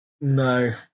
No